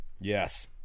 Yes